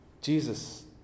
Jesus